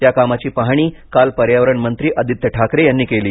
या कामाची पाहणी काल पर्यावरण मंत्री आदित्य ठाकरे यांनी केली